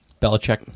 Belichick